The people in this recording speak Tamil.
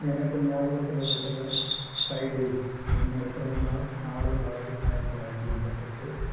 எனக்கு ஞாபகத்தில் இருக்கிற ஃபைவ் டேஸ் என்னோடய பிறந்தநாள் நாலு ஆறு ஆயிரத்தி தொள்ளாயிரத்தி எண்பத்தெட்டு